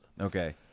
Okay